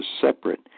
separate